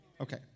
Okay